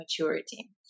maturity